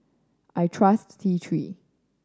I trust T Three